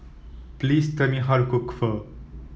please tell me how to cook Pho